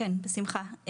כן, בשמחה.